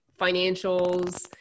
financials